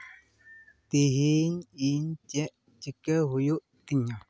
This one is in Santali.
ᱛᱤᱦᱤᱧ ᱤᱧ ᱪᱮᱫ ᱪᱤᱠᱟᱹ ᱦᱩᱭᱩᱜ ᱛᱤᱧᱟᱹ